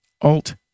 alt